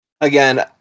again